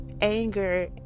anger